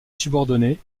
subordonné